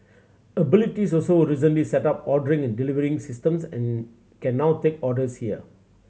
abilities also recently set up ordering and delivery systems and can now take orders here